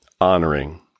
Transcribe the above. honoring